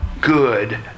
good